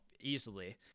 easily